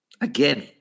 Again